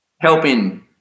helping